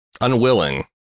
Unwilling